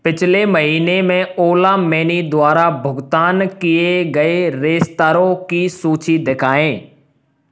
पिछले महीने में ओला मेनी द्वारा भुगतान किए गए रेस्तराँ की सूची दिखाएँ